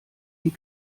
die